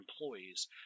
employees